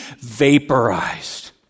vaporized